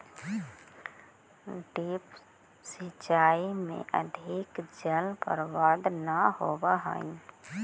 drip सिंचाई में अधिक जल बर्बाद न होवऽ हइ